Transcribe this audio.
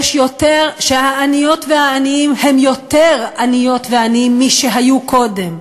שהעניות והעניים הם יותר עניות ועניים משהיו קודם,